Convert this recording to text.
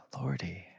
Lordy